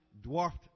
dwarfed